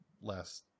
last